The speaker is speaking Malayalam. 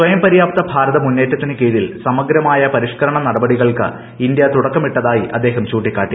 സ്വയംപര്യാപ്ത ഭാരത മുന്നേറ്റത്തിന് കീഴിൽ സമഗ്രമായ പരിഷ്കരണ നടപടികൾക്ക് ഇന്ത്യ തുടക്കം ഇട്ടതായി അദ്ദേഹം ചൂണ്ടിക്കാട്ടി